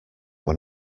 when